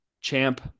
Champ